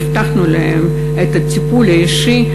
והבטחנו להם את הטיפול האישי,